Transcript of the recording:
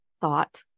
thought